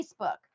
Facebook